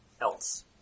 else